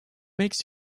makes